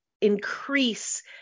increase